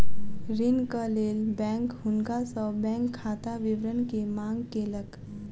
ऋणक लेल बैंक हुनका सॅ बैंक खाता विवरण के मांग केलक